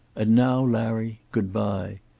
and now, larry, good-bye.